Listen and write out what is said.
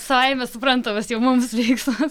savaime suprantamas jau mums veiksmas